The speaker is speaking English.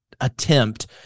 attempt